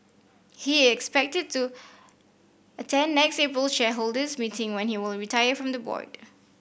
he is expected to attend next April's shareholders meeting when he will retire from the board